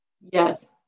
Yes